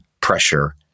pressure